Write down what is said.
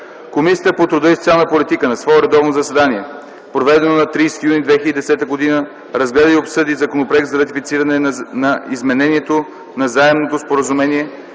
Комисията по труда и социалната политика на свое редовно заседание, проведено на 30 юни 2010 г., разгледа и обсъди Законопроект за ратифициране на Изменението на Заемното споразумение